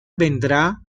vendrá